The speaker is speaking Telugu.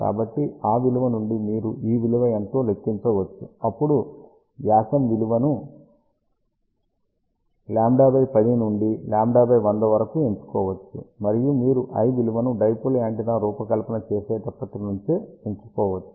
కాబట్టిఆ విలువ నుండిమీరు ఈ విలువ ఎంతో లెక్కించవచ్చు అప్పుడు వ్యాసం విలువ విలువను λ10 నుండి λ100 వరకు ఎంచుకోవచ్చు మరియు మీరు l విలువను డైపోల్ యాంటెన్నా రూపకల్పన చేసేప్పటి నుండే ఎంచుకోవచ్చు